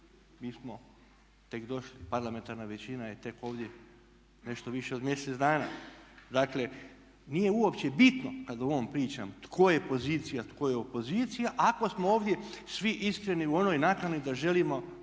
Mi smo tek došli, parlamentarna većina je tek ovdje nešto više od mjesec dana. Dakle, nije uopće bitno kad o ovom pričam tko je pozicija, tko je opozicija ako smo ovdje svi iskreni u onoj nakani da želimo